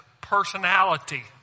personality